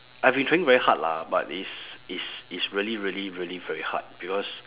I've been trying very hard lah but it's it's it's really really really very hard because